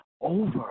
over